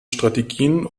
strategien